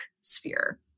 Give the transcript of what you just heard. sphere